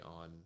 on